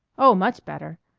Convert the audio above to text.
oh, much better.